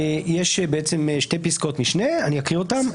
יש שתי פסקאות משנה שאני אקריא אותן.